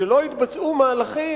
ולא יתבצעו מהלכים,